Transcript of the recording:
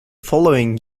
following